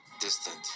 Distant